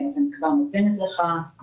אני כבר נותנת לך.